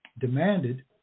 demanded